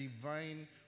divine